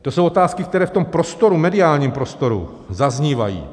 To jsou otázky, které v tom prostoru, mediálním prostoru, zaznívají.